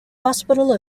hospital